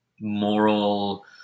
moral